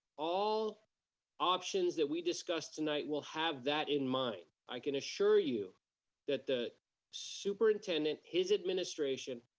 all options that we discuss tonight will have that in mind. i can assure you that the superintendent, his administration,